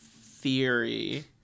theory